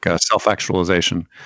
self-actualization